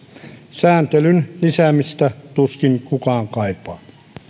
sääntelyn lisäämistä tuskin kukaan kaipaa